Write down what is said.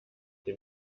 dem